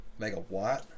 Megawatt